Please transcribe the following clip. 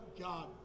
God